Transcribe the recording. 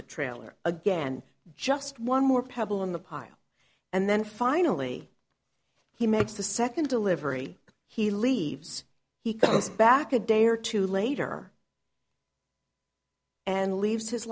the trailer again just one more pebble in the pile and then finally he makes the second delivery he leaves he comes back a day or two later and leaves his